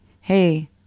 hey